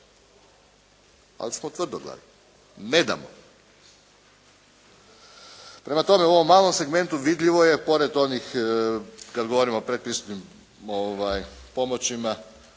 ali smo tvrdoglavi. Ne damo. Prema tome, u ovom malom segmentu vidljivo je pored onih kad govorimo o predpristupnim pomoćima,